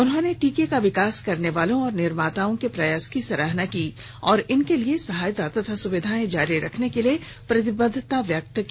उन्होंने टीके का विकास करने वालों और निर्माताओं के प्रयास की सराहना की और इनके लिए सहायता तथा सुविधाएं जारी रखने के लिए प्रतिबद्धता व्यक्त की